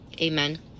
Amen